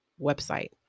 website